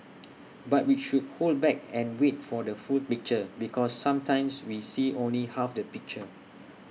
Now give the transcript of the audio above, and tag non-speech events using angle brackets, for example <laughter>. <noise> but we should hold back and wait for the full picture because sometimes we see only half the picture